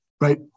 right